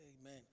amen